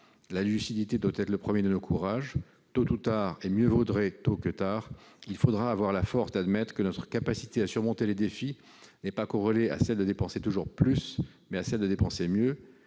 La lucidité doit être le premier de nos courages. Tôt ou tard, et mieux vaudrait tôt que tard, il faudra avoir la force d'admettre que notre capacité à surmonter les défis n'est pas corrélée à celle de dépenser toujours plus, mais à celle de dépenser mieux.